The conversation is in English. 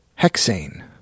Hexane